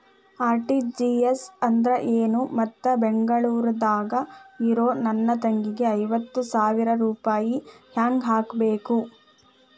RTGS ಅಂದ್ರ ಏನು ಮತ್ತ ಬೆಂಗಳೂರದಾಗ್ ಇರೋ ನನ್ನ ತಂಗಿಗೆ ಐವತ್ತು ಸಾವಿರ ರೂಪಾಯಿ ಹೆಂಗ್ ಹಾಕಬೇಕು?